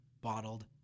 bottled